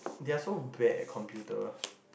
they're so bad at computer